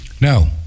No